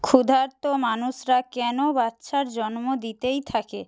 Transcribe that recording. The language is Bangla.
ক্ষুধার্ত মানুষরা কেন বাচ্চার জন্ম দিতেই থাকে